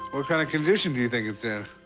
what kind of condition do you think it's in?